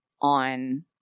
on